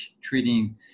treating